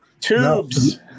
Tubes